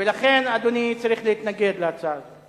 ולכן, אדוני, צריך להתנגד להצעה הזאת.